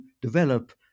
develop